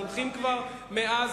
הולכים כבר מאז,